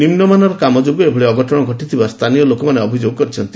ନିମ୍ନମାନର କାମ ଯୋଗୁଁ ଏଭଳି ଅଘଟଣ ଘଟିଥିବା ସ୍ଗାନୀୟ ଲୋକେ ଅଭିଯୋଗ କରିଛନ୍ତି